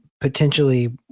potentially